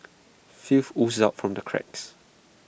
filth oozed out from the cracks